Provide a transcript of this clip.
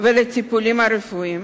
וטיפולים רפואיים.